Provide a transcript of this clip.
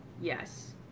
yes